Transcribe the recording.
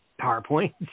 PowerPoint